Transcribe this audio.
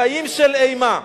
חיים של אימה,